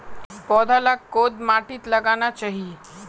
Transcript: पौधा लाक कोद माटित लगाना चही?